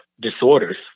disorders